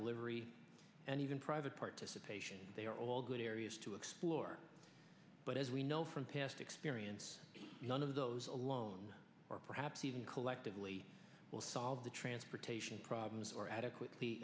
delivery and even private participation they are all good areas to explore but as we know from past perience none of those alone or perhaps even collectively will solve the transportation problems or adequately